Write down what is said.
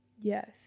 Yes